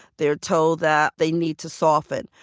they're told that they need to soften.